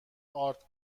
آرد